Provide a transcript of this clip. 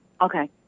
Okay